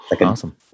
Awesome